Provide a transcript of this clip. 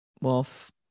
wolf